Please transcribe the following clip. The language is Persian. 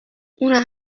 اون